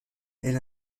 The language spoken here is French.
elle